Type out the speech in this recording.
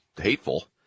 hateful